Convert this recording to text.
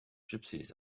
gypsies